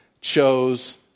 chose